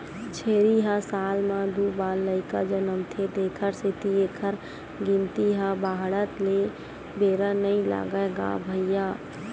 छेरी ह साल म दू बार लइका जनमथे तेखर सेती एखर गिनती ह बाड़हत बेरा नइ लागय गा भइया